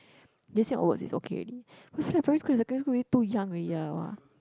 J_C onwards is okay already I feel like primary school and secondary school really too young already ah !wah!